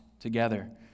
together